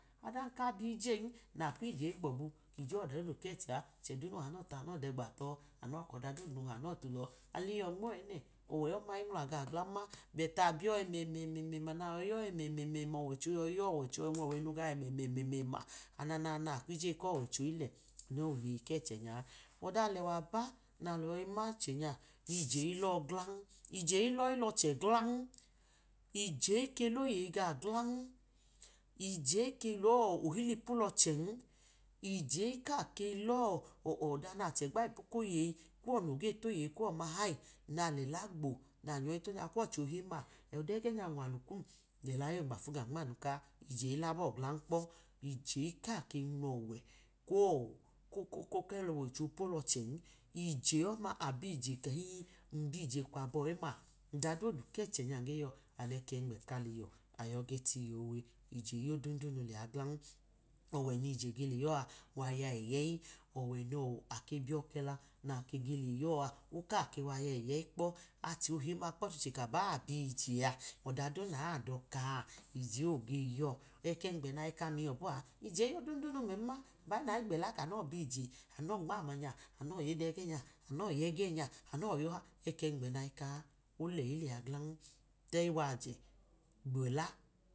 Abiyijeyin, nakinje kwọbu anu nale tachẹ a ọche, no loda duma ya ano dẹ gba tọ, anọ yọda doduma nohanọtu lọ, aliyo nmọ ẹnẹ ọwẹ ọma inwula gaọ gan, betu abiyọ ẹmẹmẹma, nayọyiyọ ẹmẹmema, ọwọicho yọyi yọ ọwọicho yọyi nwu̱lọwe nu ẹmẹmẹma, ananaa akmu iyeyi kọwo̱icho ilẹ anu woyeyi kẹchẹ nya ọda alẹwa ba nalọ yọyi ma ichenya ije iyọ glan, ije ilọyi lọlẹ glan, ije iley yi lọche glan ije ike lohilipu lọchẹn, ije ika ke lọ-ọda nachẹgba ipu koyeyi ku noge toyeyi kuọ mahayi nale la gbo naga tọnyakwọchẹ ohim-ma, ẹdẹ ẹgẹ nya unwalu lẹla eyi mafu gan nmanuka, ije ilabo glan kpọ, ije ukake nwulaọwẹ kọ-kọ kọlọwọicho opo lọchẹn, ije ọma aka kii, n biyeje kwabọ ẹ ma, ọda didu kẹchẹ nya nge yọ alẹkẹmgbẹ ka liyiyọ, ayọ ge tiyiyọ owẹ, ye iyodundunu lẹa glan, ọwẹ nije ge bi geleyọa wayo̱ ẹyẹyi, ọwẹ nake biyọkela nage leyọ a okake waya ẹyẹyi kpọ, achotim-ma kpọtuche kaba obiyiye a ọda du na odọka a ije geyọ ẹkẹmgbẹ nayi ka liyiyọ bọ ije ayodudu nu mẹ m-ma aba nayi gbẹba kanọ biyiye amọ mma manya amọ yodeyi ẹgẹ enya amọ yẹ nya amo yọha ẹkẹmbgẹ nayi ika, oleyi lẹa glan tẹyi wayi wajẹ gbẹla.